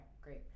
great